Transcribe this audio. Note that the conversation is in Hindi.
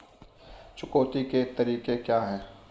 चुकौती के तरीके क्या हैं?